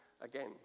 again